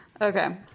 Okay